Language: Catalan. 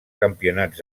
campionats